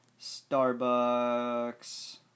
Starbucks